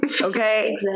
Okay